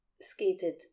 skated